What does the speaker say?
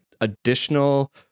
additional